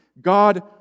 God